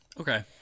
Okay